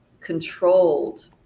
controlled